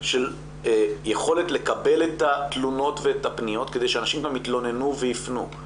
של יכולת לקבל את התלונות והפניות כדי שאנשים גם יתלוננו ויפנו.